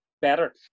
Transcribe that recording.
better